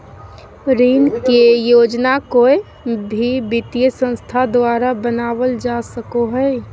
ऋण के योजना कोय भी वित्तीय संस्था द्वारा बनावल जा सको हय